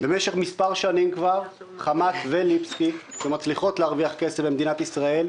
במשך מספר שנים כבר חמת וליפסקי מצליחים להרוויח כסף במדינת ישראל.